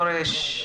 חורש.